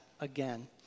again